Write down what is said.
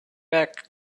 back